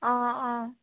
অঁ অঁ